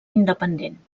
independent